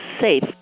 safe